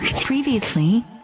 Previously